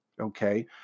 Okay